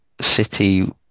City